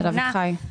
אצל אביחי.